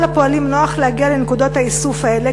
הפועלים נוח להגיע לנקודות האיסוף האלה.